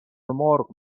مرغ